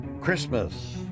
Christmas